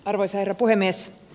arvoisa herra puhemies